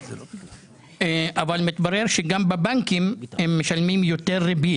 אבל מתברר שגם בבנקים הם משלמים יותר ריבית.